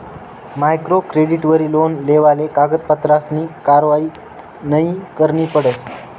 micro क्रेडिटवरी loan लेवाले कागदपत्रसनी कारवायी नयी करणी पडस